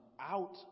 out